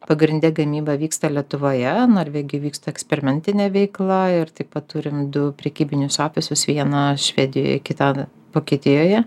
pagrinde gamyba vyksta lietuvoje norvegijo vyksta eksperimentinė veikla ir taip pat turim du prekybinius ofisus vieną švedijoje kitą vokietijoje